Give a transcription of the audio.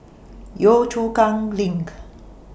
Yio Chu Kang LINK